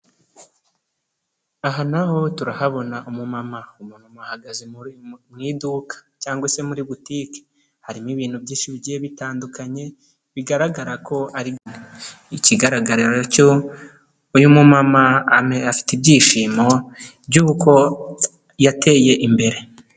Aha naho turahabona umumama, umumama ahagaze mu iduka cyangwa se muri butike, harimo ibintu byinshi bigiye bitandukanye bigaragara ko ari, ikigaragara cyo uyu muma afite ibyishimo by'uko yateye imbere.